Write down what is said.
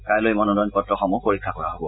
কাইলৈ মনোনয়ন পত্ৰসমূহ পৰীক্ষা কৰা হ'ব